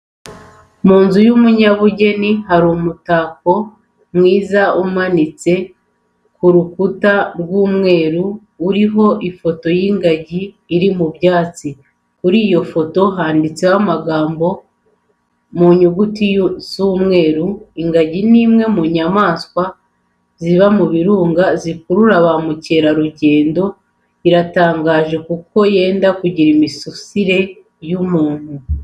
Mu nzu y'umunyabugeni hari umutako mwiza umanitse ku rukuta rw'umweru urimo ifoto y'ingagi iri mu byatsi kuri iyo foto handitseo amagambo mu nyuguti z'umweru, ingagi ni imwe mu nyamaswa ziba mu birunga zikurura ba mukerarugendo iratangaje kuko yenda kugira imisusire n'iy'umuntu.